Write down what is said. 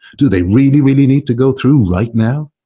do they really, really need to go through right now?